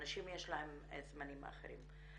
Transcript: אנשים יש להם זמנים אחרים.